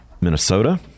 Minnesota